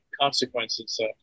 consequences